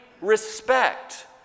respect